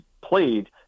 played